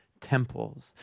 temples